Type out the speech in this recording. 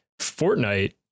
Fortnite